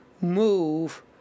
move